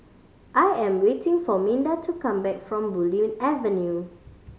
I am waiting for Minda to come back from Bulim Avenue